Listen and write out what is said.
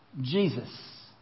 Jesus